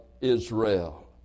Israel